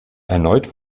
erneut